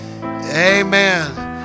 Amen